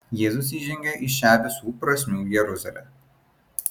jėzus įžengia į šią visų prasmių jeruzalę